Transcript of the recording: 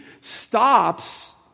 stops